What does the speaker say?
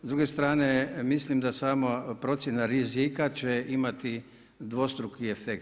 S druge strane mislim da sama procjena rizika će imati dvostruki efekt.